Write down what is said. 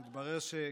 ואללה.